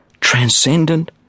transcendent